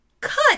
Cut